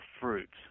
fruits